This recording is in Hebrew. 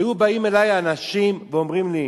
היו באים אלי אנשים ואומרים לי: